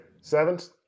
Sevens